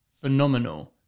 phenomenal